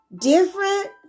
different